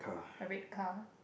a red car